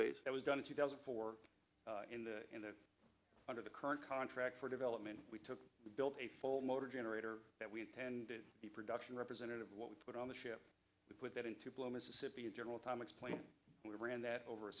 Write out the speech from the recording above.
base that was done in two thousand and four in the in the under the current contract for development we took we built a full motor generator that we intended the production representative what we put on the ship to put that into plough mississippi in general tom explained we ran that over a